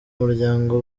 umuryango